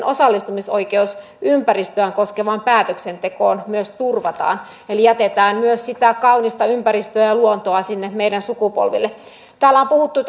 osallistumisoikeus ympäristöään koskevaan päätöksentekoon myös turvataan eli jätetään myös sitä kaunista ympäristöä ja ja luontoa sinne meidän tuleville sukupolville kun täällä on puhuttu